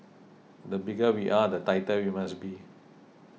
the bigger we are the tighter we must be